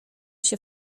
się